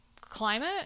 climate